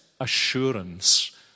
assurance